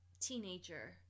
teenager